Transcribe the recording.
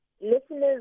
listeners